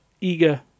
eager